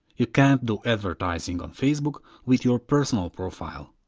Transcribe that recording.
you can't do advertising on facebook with your personal profile.